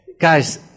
Guys